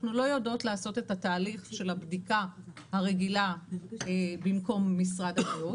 אנחנו לא יודעות לעשות את התהליך של הבדיקה הרגילה במקום משרד הבריאות,